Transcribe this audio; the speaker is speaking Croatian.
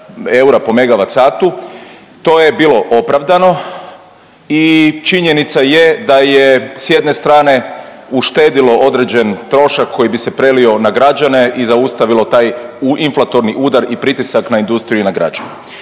eura po megavat satu, to je bilo opravdano. I činjenica je da je s jedne strane uštedilo određen trošak koji bi se prelio na građane i zaustavilo taj inflatorni udar i pritisak na industriju i na građane.